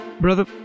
brother